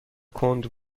کند